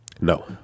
No